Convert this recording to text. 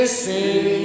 sing